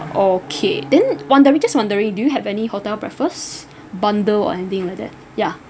okay then wondering just wondering do you have any hotel breakfast bundle or anything like that ya